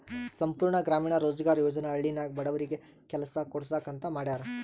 ಸಂಪೂರ್ಣ ಗ್ರಾಮೀಣ ರೋಜ್ಗಾರ್ ಯೋಜನಾ ಹಳ್ಳಿನಾಗ ಬಡವರಿಗಿ ಕೆಲಸಾ ಕೊಡ್ಸಾಕ್ ಅಂತ ಮಾಡ್ಯಾರ್